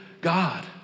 God